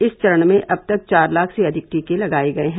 इस चरण में अब तक चार लाख से अधिक टीके लगाए गए हैं